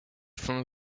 from